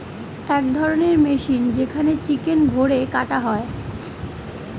এক ধরণের মেশিন যেখানে চিকেন ভোরে কাটা হয়